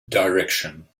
direction